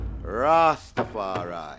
Rastafari